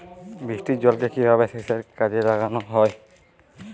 বৃষ্টির জলকে কিভাবে সেচের কাজে লাগানো য়ায়?